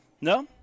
No